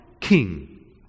king